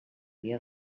dia